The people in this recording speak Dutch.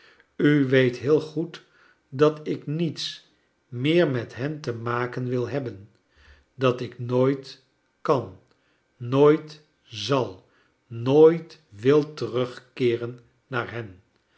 u weet heel goed dat ik niets meer met hen te maken wil hebben dat ik nooit kan nooit zal nooit wil terug keeren naar hen